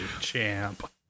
champ